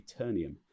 eternium